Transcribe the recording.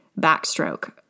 backstroke